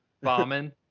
bombing